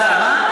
תודה רבה.